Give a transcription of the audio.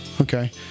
Okay